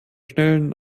schnellen